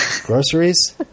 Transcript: groceries